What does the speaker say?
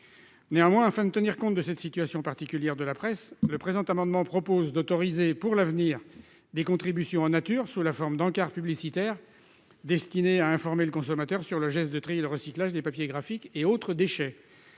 Néanmoins, afin de tenir compte de la situation particulière de la presse, le présent amendement vise à maintenir l'autorisation des contributions en nature, sous la forme d'encarts publicitaires destinés à informer le consommateur sur le geste de tri et sur le recyclage des papiers graphiques et autres déchets.